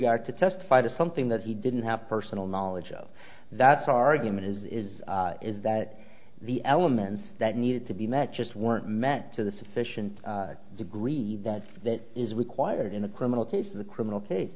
guard to testify to something that he didn't have personal knowledge of that's argument is is is that the elements that need to be met just weren't met to the sufficient degree that that is required in a criminal case the criminal case